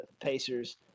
Pacers